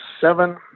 seven –